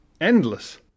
Endless